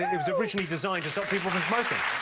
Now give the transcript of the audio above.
it was originally designed to stop people from smoking.